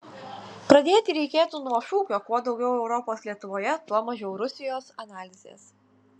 pradėti reikėtų nuo šūkio kuo daugiau europos lietuvoje tuo mažiau rusijos analizės